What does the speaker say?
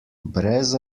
brez